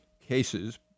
cases